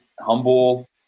Humble